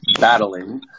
battling